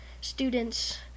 students